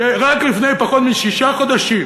שרק לפני פחות משישה חודשים